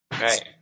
Right